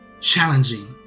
challenging